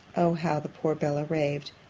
o how the poor bella raved!